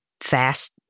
fast